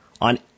on